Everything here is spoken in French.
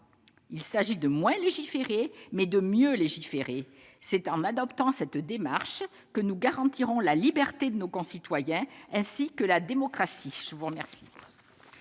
Il s'agit de moins légiférer, mais de mieux légiférer. C'est en adoptant cette démarche que nous garantirons la liberté de nos concitoyens, ainsi que la démocratie. Personne ne